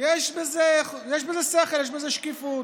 יש בזה שכל, יש בזה שקיפות.